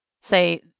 say